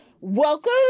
Welcome